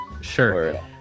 Sure